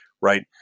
Right